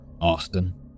Austin